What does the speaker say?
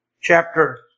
chapter